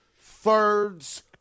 thirds